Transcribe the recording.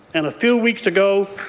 and a few weeks ago,